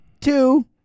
two